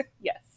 Yes